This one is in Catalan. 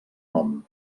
nom